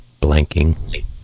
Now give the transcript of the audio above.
blanking